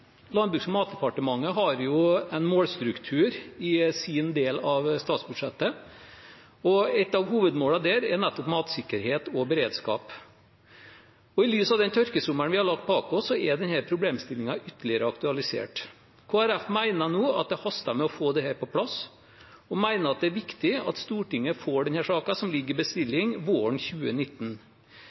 Landbruks- og matdepartementet har en målstruktur i sin del av statsbudsjettet, og et av hovedmålene der er nettopp matsikkerhet og beredskap. I lys av den tørkesommeren vi har lagt bak oss, er denne problemstillingen ytterligere aktualisert. Kristelig Folkeparti mener at det haster med å få dette på plass, og at det er viktig at Stortinget får denne saken – som ligger i bestilling – våren 2019.